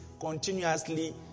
continuously